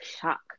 shock